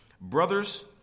brothers